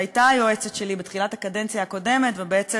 שהייתה היועצת שלי בתחילת הקדנציה הקודמת ובעצם